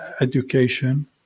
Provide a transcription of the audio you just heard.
education